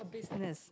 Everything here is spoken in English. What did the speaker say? business